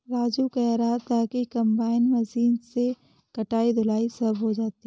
राजू कह रहा था कि कंबाइन मशीन से कटाई धुलाई सब हो जाती है